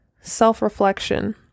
self-reflection